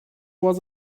was